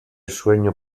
sueño